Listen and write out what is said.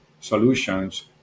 solutions